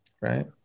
right